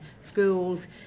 schools